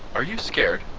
are you scared?